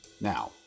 now